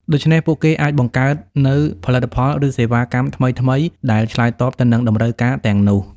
ដូច្នេះ ពួកគេអាចបង្កើតនូវផលិតផល ឬសេវាកម្មថ្មីៗដែលឆ្លើយតបទៅនឹងតម្រូវការទាំងនោះ។